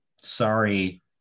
sorry